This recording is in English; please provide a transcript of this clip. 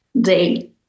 Day